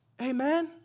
Amen